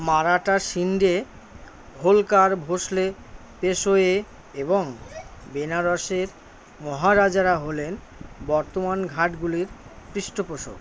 মারাঠা শিণ্ডে হোলকার ভোঁসলে পেশওয়ে এবং বেনারসের মহারাজারা হলেন বর্তমান ঘাটগুলির পৃষ্ঠপোষক